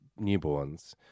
newborns